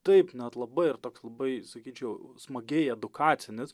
taip net labai ir toks labai sakyčiau smagiai edukacinis